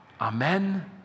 Amen